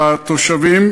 ולתושבים,